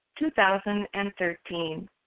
2013